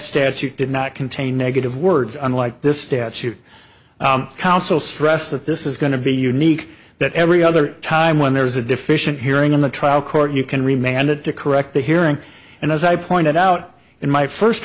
statute did not contain negative words unlike this statute counsel stress that this is going to be unique that every other time when there's a deficient hearing in the trial court you can remain handed to correct the hearing and as i pointed out in my first